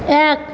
এক